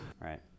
Right